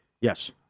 Yes